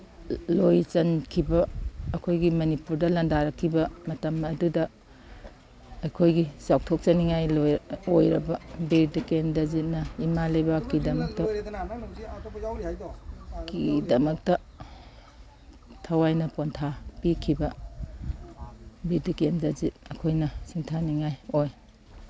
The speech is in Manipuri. ꯂꯣꯏ ꯆꯟꯈꯤ ꯑꯩꯈꯣꯏꯒꯤ ꯃꯅꯤꯄꯨꯔꯗ ꯂꯟꯗꯥꯔꯛꯈꯤꯕ ꯃꯇꯝ ꯑꯗꯨꯗ ꯑꯩꯈꯣꯏꯒꯤ ꯆꯥꯎꯊꯣꯛꯆꯅꯤꯉꯥꯏ ꯑꯣꯏꯔꯕ ꯕꯤꯔ ꯇꯤꯀꯦꯟꯗ꯭ꯔꯖꯤꯠꯅ ꯏꯃꯥ ꯂꯩꯕꯥꯛꯀꯤꯗꯃꯛꯇ ꯀꯤꯗꯃꯛꯇ ꯊꯋꯥꯏꯅ ꯄꯣꯟꯊꯥ ꯄꯤꯈꯤꯕ ꯕꯤꯔ ꯇꯤꯀꯦꯟꯗ꯭ꯔꯖꯤꯠ ꯑꯩꯈꯣꯏꯅ ꯁꯤꯡꯊꯥꯅꯤꯉꯥꯏ ꯑꯣꯏ